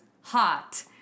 hot